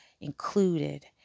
included